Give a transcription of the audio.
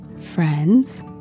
friends